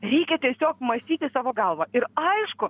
reikia tiesiog mąstyti savo galva ir aišku